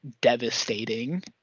devastating